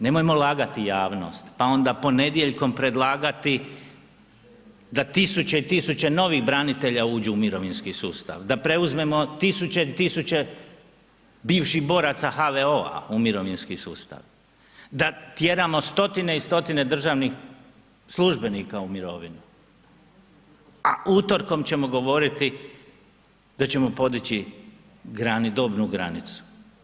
Nemojmo lagati javnost, pa onda ponedjeljkom predlagati da tisuće i tisuće novih branitelja uđu u mirovinski sustav, da preuzmemo tisuće i tisuće bivših boraca HVO-a u mirovinski sustav, da tjeramo stotine i stotine državnih službenika u mirovinu, a utorkom ćemo govoriti da ćemo podići dobnu granicu.